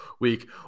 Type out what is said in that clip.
week